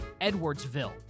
Edwardsville